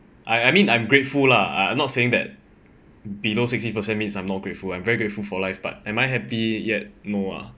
I I mean I'm grateful lah I not saying that below sixty percent means I'm not grateful I am very grateful for life but am I happy yet no ah